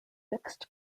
fixed